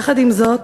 יחד עם זאת,